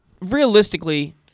realistically